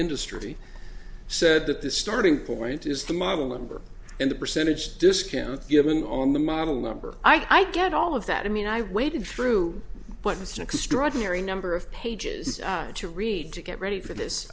industry said that the starting point is the model number and the percentage discount given on the model number i get all of that i mean i waded through but it's an extraordinary number of pages to read to get ready for this